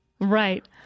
Right